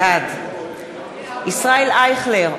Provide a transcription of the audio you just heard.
בעד ישראל אייכלר,